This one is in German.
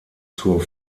zur